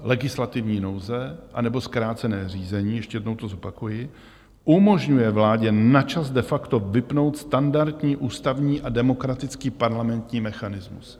Legislativní nouze, anebo zkrácené řízení, ještě jednou to zopakuji, umožňuje vládě na čas de facto vypnout standardní ústavní a demokratický parlamentní mechanismus.